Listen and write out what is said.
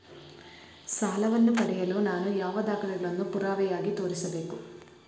ಸಾಲವನ್ನು ಪಡೆಯಲು ನಾನು ಯಾವ ದಾಖಲೆಗಳನ್ನು ಪುರಾವೆಯಾಗಿ ತೋರಿಸಬೇಕು?